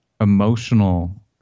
emotional